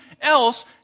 else